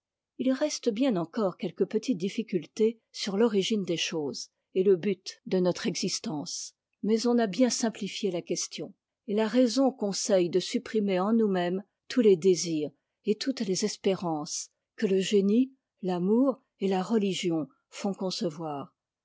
il reste bien encore quelques petites dif ieu tés sur l'origine des choses et le but de notre existence mais on a bien simplifié la question et la raison conseille de supprimer en nous-mêmes tous les désirs et toutes les espérances que le génie l'amour et la religion font concevoir